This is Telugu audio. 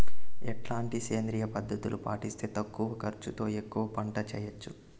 ఎట్లాంటి సేంద్రియ పద్ధతులు పాటిస్తే తక్కువ ఖర్చు తో ఎక్కువగా పంట చేయొచ్చు?